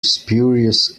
spurious